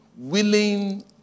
Willing